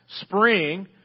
spring